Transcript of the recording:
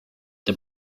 the